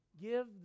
give